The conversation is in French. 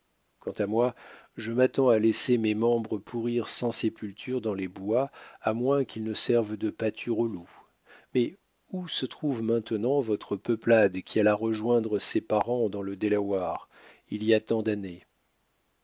quant à moi je m'attends à laisser mes membres pourrir sans sépulture dans les bois à moins qu'ils ne servent de pâture aux loups mais où se trouve maintenant votre peuplade qui alla rejoindre ses parents dans le delaware il y a tant d'années